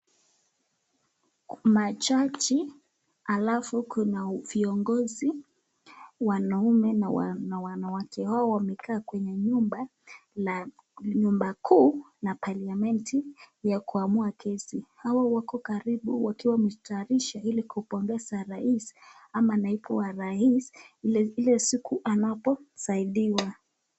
Kuna majaji alafu kuna viongozi wanaume na wanawake. Hao wamekaa kwenye nyumba la nyumba kuu na paliament la kuamua kesi. Hao wako karibu wakiwa wamejitayarisha ili kumpongeza rais ama naibu wa rais ile siku anapo saidiwa.